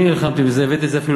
אני נלחמתי בזה, הבאתי את זה אפילו